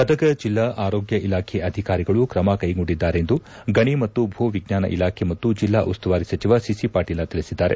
ಗದಗ ಜಿಲ್ಲಾ ಆರೋಗ್ಯ ಇಲಾಖೆ ಅಧಿಕಾರಿಗಳು ಕ್ರಮ ಕೈಗೊಂಡಿದ್ದಾರೆಂದು ಗಣಿ ಮತ್ತು ಭೂವಿಜ್ವಾನ ಇಲಾಖೆ ಮತ್ತು ಜಿಲ್ಲಾ ಉಸ್ತುವಾರಿ ಸಚಿವ ಸಿ ಸಿ ಪಾಟೀಲ ತಿಳಿಸಿದ್ದಾರೆ